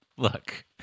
Look